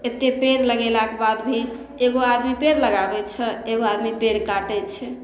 एतेक पेड़ लगेलाक बाद भी एगो आदमी पेड़ लगाबै छै एगो आदमी पेड़ काटै छै